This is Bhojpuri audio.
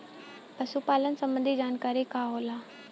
पशु पालन संबंधी जानकारी का होला?